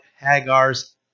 Hagar's